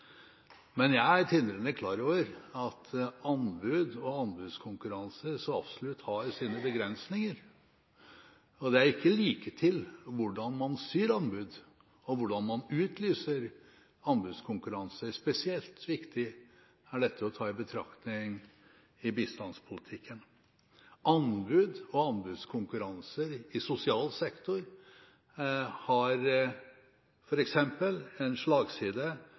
Men jeg er tindrende klar over at anbud og anbudskonkurranser så absolutt har sine begrensninger, og det er ikke liketil hvordan man ser anbud, og hvordan man utlyser anbudskonkurranser. Spesielt viktig er dette å ta i betraktning i bistandspolitikken. Anbud og anbudskonkurranser i sosial sektor f.eks. har en slagside